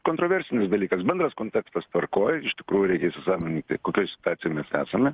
kontroversinis dalykas bendras kontekstas tvarkoj iš tikrųjų reikia įsisąmoninti kokioj situacijoj mes esame